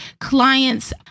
clients